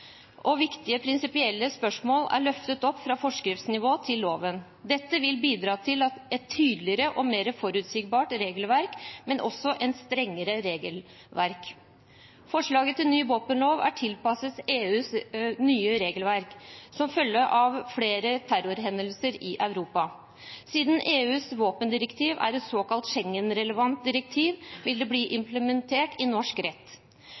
og viktige prinsipielle spørsmål er løftet opp fra forskriftsnivå til loven. Dette vil bidra til et tydeligere og mer forutsigbart regelverk, men også et strengere regelverk. Forslaget til ny våpenlov er tilpasset EUs nye regelverk, som følge av flere terrorhendelser i Europa. Siden EUs våpendirektiv er et såkalt Schengen-relevant direktiv, vil det bli implementert i norsk rett.